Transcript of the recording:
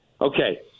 Okay